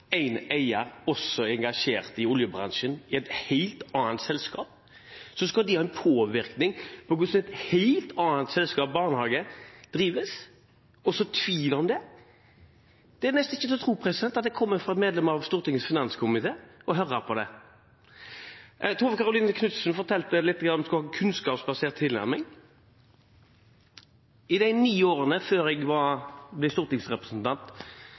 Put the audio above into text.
en eier som også er engasjert i oljebransjen, i et helt annet selskap, skal ha en påvirkning på hvordan et selskap innen barnehage drives. Det er nesten ikke til å tro at det kommer fra et medlem av Stortingets finanskomité. Tove Karoline Knutsen snakket litt om kunnskapsbasert tilnærming. I de ni årene før jeg ble stortingsrepresentant,